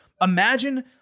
Imagine